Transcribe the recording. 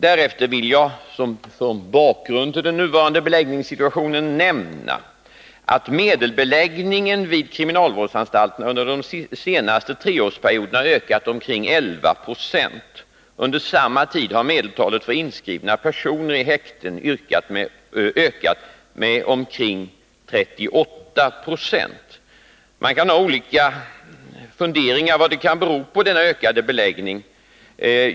Därefter vill jag som bakgrund till den nuvarande beläggningssituationen nämna att medelbeläggningen vid kriminalvårdsanstalterna under den senaste treårsperioden har ökat med omkring 11 26. Under samma tid har medeltalet för inskrivna personer i häkten ökat med omkring 38 20. Man kan ha olika funderingar om vad denna ökade beläggning kan bero på.